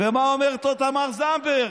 ומה אומרת לו תמר זנדברג.